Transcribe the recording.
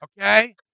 Okay